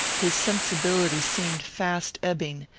his sensibility seemed fast ebbing,